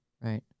Right